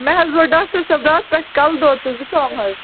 مےٚ حظ ووت ڈاکَٹر صٲب راتھٕ پٮ۪ٹھ کَلہٕ دوٚد تہٕ زُکام حظ